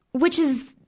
which is,